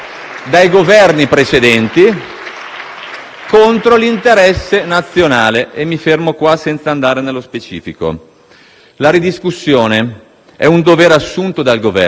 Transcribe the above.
contro l'interesse nazionale. E mi fermo a questo punto senza andare nello specifico. La ridiscussione è un dovere assunto dal Governo in Parlamento fin dalla sua nascita